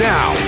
Now